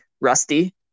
rusty